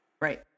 Right